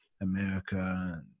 America